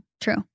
True